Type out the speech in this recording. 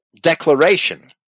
declaration